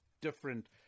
different